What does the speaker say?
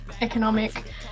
economic